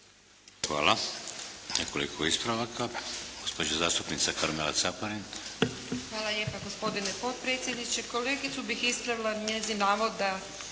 Hvala. Nekoliko ispravaka. Gospođa zastupnica Karmela Caparin. **Caparin, Karmela (HDZ)** Hvala lijepa gospodine potpredsjedniče. Kolegicu bih ispravila njezin navod